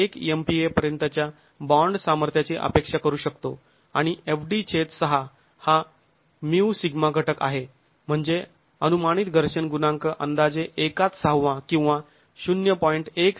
१ MPa पर्यंतच्या bond सामर्थ्याची अपेक्षा करू शकतो आणि fd छेद ६ हा μσ घटक आहे म्हणजे अनुमानित घर्षण गुणांक अंदाजे एकात सहावा किंवा ०